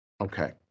Okay